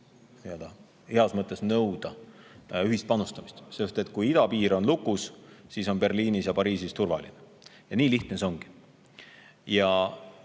heas mõttes nõuda ühispanustamist. Sest kui idapiir on lukus, siis on ka Berliinis ja Pariisis turvaline. Nii lihtne see ongi.